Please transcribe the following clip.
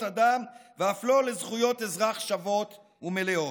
אדם ואף לא לזכויות אזרח שוות ומלאות.